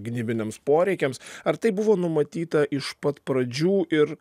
gynybiniams poreikiams ar tai buvo numatyta iš pat pradžių ir